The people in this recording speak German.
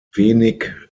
wenig